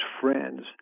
friends